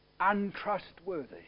untrustworthy